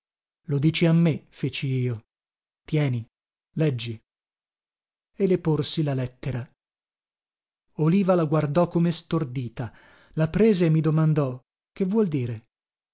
lo dici a me feci io tieni leggi e le porsi la lettera oliva la guardò come stordita la prese e mi domandò che vuol dire